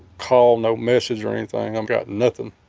call, no message or anything. i've got nothing.